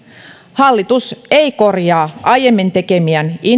hallitus ei korjaa aiemmin tekemiään